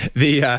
the yeah